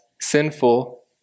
sinful